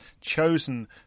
chosen